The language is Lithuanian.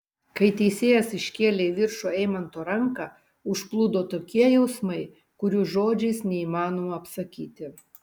kai teisėjas iškėlė į viršų eimanto ranką užplūdo tokie jausmai kurių žodžiais neįmanoma apsakyti